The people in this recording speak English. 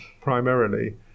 primarily